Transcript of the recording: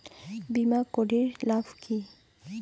বিমা করির লাভ কি?